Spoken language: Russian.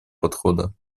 подхода